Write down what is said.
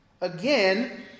again